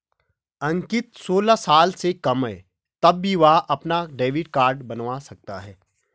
अंकित सोलह साल से कम है तब भी वह अपना डेबिट कार्ड बनवा सकता है